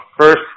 first